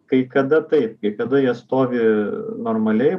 kai kada taip kai kada jie stovi normaliai